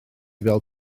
fel